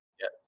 Yes